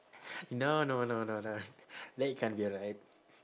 no no no no no that can't be right